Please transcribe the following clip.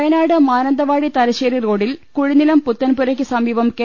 വയനാട് മാനന്തവാടി തലശ്ശേരി റോഡിൽ കുഴിനിലം പുത്തൻപുരയ്ക്ക് സമീപം കെ